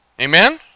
amen